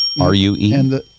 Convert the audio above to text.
R-U-E